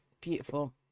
Beautiful